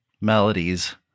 melodies